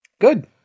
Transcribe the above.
Good